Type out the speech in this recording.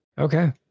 Okay